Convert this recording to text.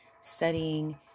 studying